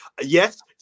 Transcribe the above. yes